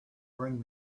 bring